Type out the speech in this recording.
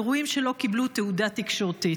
אירועים שלא קיבלו תהודה תקשורתית.